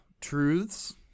truths